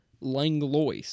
Langlois